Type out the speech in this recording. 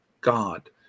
god